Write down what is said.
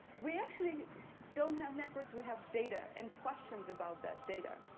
we actually don't have networks, we have data and questions about that data,